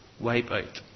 wipeout